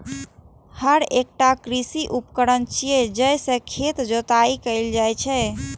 हर एकटा कृषि उपकरण छियै, जइ से खेतक जोताइ कैल जाइ छै